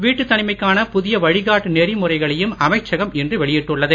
வீட்டுத் தனிமைக்கான புதிய வழிகாட்டு நெறிமுறைகளையும் அமைச்சகம் இன்று வெளியிட்டுள்ளது